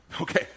okay